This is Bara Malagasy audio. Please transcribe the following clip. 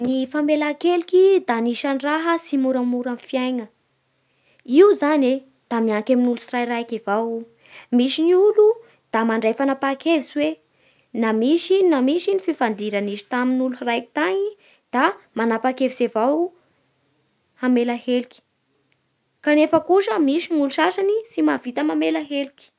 Ny famelan-keloky da anisan'ny raha tsy moramora amin'ny fiaina. Io zany e da mianky amin'ny olo tsirairaiky avao io, misy ny olo da mandray fanapaha-kevitsy hoe na misy ino na misy ino ny fifandira nisy tamin'ny olo raiky tany da manapa-kevitsy avao hamela heloky, kanefa kosa misy ny olo sasany tsy mahavita mamela heloky